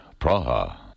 Praha